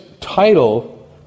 title